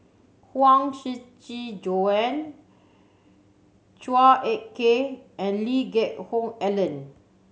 Huang Shiqi Joan Chua Ek Kay and Lee Geck Hoon Ellen